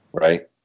Right